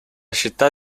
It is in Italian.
città